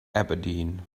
aberdeen